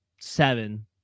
seven